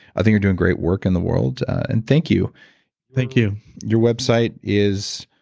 i think you're doing great work in the world and thank you thank you your website is?